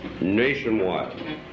nationwide